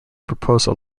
proposal